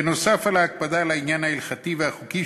נוסף על ההקפדה על העניין ההלכתי והחוקי